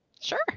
Sure